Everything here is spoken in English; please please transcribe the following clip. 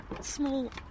Small